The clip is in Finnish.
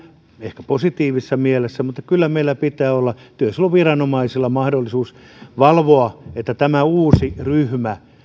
ehkä positiivisessa mielessä mutta kyllä meillä pitää olla työsuojeluviranomaisilla mahdollisuus valvoa että tämä uusi ryhmä